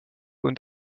und